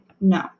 No